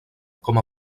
com